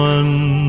one